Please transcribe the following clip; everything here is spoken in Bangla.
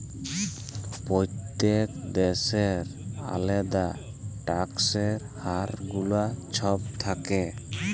প্যত্তেক দ্যাশের আলেদা ট্যাক্সের হার গুলা ছব থ্যাকে